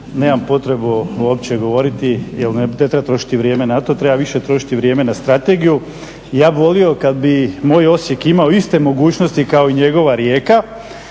nemam potrebu uopće govoriti jer ne treba trošiti vrijeme na to, treba više trošiti vrijeme na strategiju. Ja bih volio kada bi moj Osijek imao iste mogućnosti kao i njegova Rijeka.